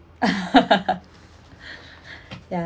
ya